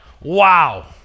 Wow